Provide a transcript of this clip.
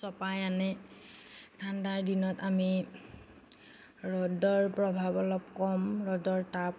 চপাই আনে ঠাণ্ডাৰ দিনত আমি ৰ'দৰ প্ৰভাৱ অলপ কম ৰ'দৰ তাপ